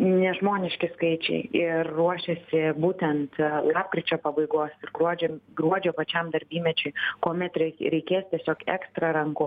nežmoniški skaičiai ir ruošiasi būtent lapkričio pabaigos ir gruodžio gruodžio pačiam darbymečiui kuomet reikės tiesiog ekstra rankų